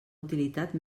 utilitat